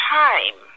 time